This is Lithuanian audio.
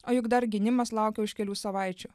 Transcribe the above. o juk dar gynimas laukia už kelių savaičių